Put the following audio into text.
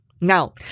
Now